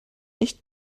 echt